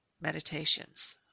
meditations